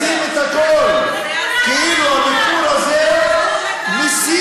לשים את הכול כאילו הביקור הזה מסית,